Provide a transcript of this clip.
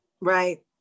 right